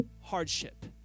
hardship